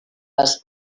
les